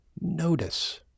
Notice